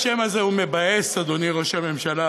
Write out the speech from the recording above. אדוני ראש הממשלה,